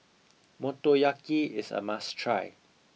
Motoyaki is a must try